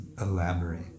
elaborate